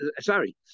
Sorry